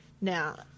now